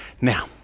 Now